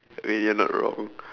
wait you're not wrong